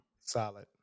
Solid